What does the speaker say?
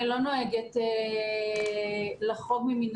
אני לא נוהגת לחרוג ממנהגי,